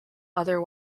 other